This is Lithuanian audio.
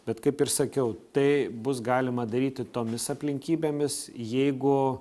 bet kaip ir sakiau tai bus galima daryti tomis aplinkybėmis jeigu